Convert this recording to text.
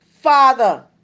father